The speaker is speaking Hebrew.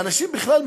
ואנשים בכלל,